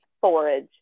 forage